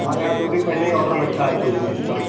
हमारे यहाँ दो दिन पहले ही ऑर्डर लगता है कोई भी चीज़ का